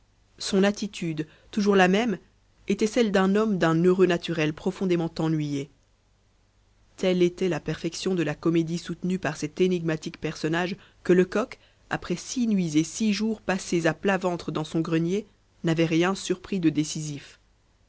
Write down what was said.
son attitude toujours la même était celle d'un homme d'un heureux naturel profondément ennuyé telle était la perfection de la comédie soutenue par cet énigmatique personnage que lecoq après six nuits et six jours passés à plat ventre dans son grenier n'avait rien surpris de décisif